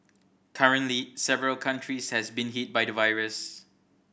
currently several countries has been hit by the virus